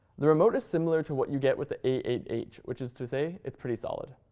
the remote is similar to what you get with the a eight h, which is to say it's pretty solid.